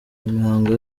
imihango